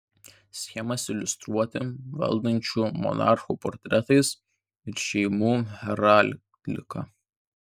schemas iliustruoti valdančių monarchų portretais ir šeimų heraldika